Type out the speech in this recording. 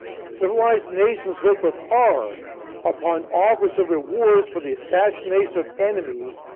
civilized nations look with horror upon offers of reward for the assassination of enemies,